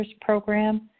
program